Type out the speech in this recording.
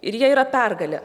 ir jie yra pergalė